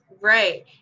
right